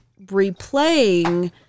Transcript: replaying